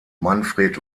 manfred